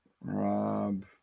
Rob